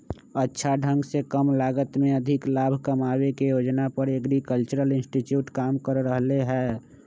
अच्छा ढंग से कम लागत में अधिक लाभ कमावे के योजना पर एग्रीकल्चरल इंस्टीट्यूट काम कर रहले है